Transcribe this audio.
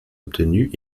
obtenue